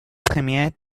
premiers